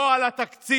לא על התקציב.